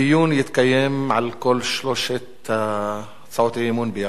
הדיון יתקיים על כל שלוש הצעות האי-אמון יחד.